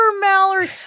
Mallory